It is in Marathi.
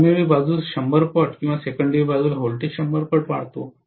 प्राथमिक बाजूस 100 पट आणि सेकेंडरी बाजूला व्होल्टेज 100 पट वाढते